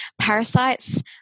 parasites